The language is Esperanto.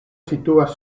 situas